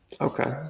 Okay